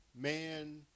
man